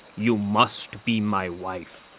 you must be my wife.